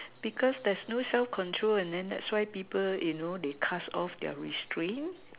because there's no self control and then that's why people you know they cast off their restraint